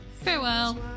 Farewell